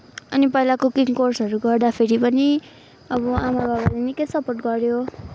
अनि पहिला कुकिङ कोर्सहरू गर्दाखेरि पनि अब आमा बाबाले निकै सपोर्ट गर्यो